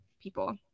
people